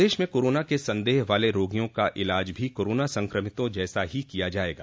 प्रदेश में कोरोना के सन्देह वाले रोगियों का इलाज भी कोरोना संक्रमितों जैसे ही किया जाएगा